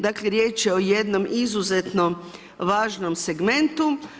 Dakle, riječ je o jednom izuzetno važnom segmentu.